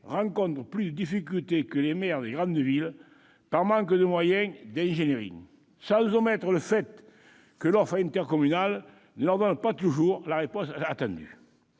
rencontrent plus de difficultés que les maires des grandes villes, par manque de moyens, d'ingénierie. Sans omettre le fait que l'offre intercommunale ne leur donne pas toujours la réponse attendue.